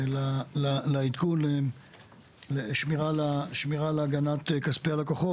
לעדכון לשמירה להגנת כספי הלקוחות,